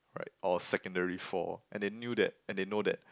right or secondary four and they knew that and they know that